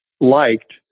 liked